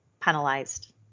penalized